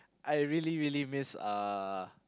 I really really miss uh